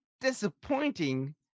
disappointing